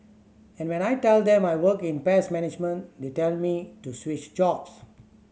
and when I tell them I work in pest management they tell me to switch jobs